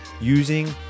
using